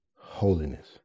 holiness